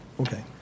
okay